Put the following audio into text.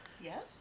Yes